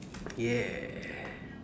yeah